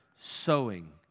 sowing